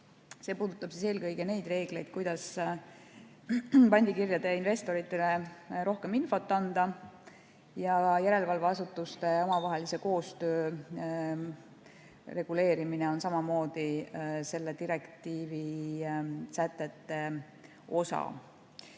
See puudutab eelkõige neid reegleid, kuidas pandikirjaomanikele, investoritele rohkem infot anda. Ja järelevalveasutuste omavahelise koostöö reguleerimine on samamoodi selle direktiivi sätetes